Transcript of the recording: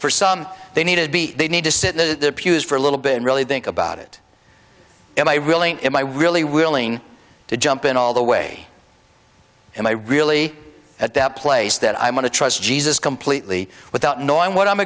for some they need to be they need to sit in the pews for a little bit and really think about it and i really am i really willing to jump in all the way and i really at that place that i'm going to trust jesus completely without knowing what i'm